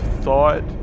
thought